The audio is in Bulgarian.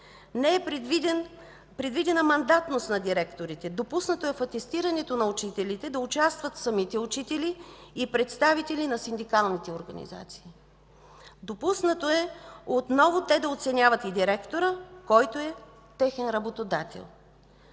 Не е предвидена мандатност на директорите, допуснато е в атестирането на учителите да участват самите учители и представители на синдикалните организации. Допуснато е отново те да оценяват и директора, който е техен работодател.